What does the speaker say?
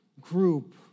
group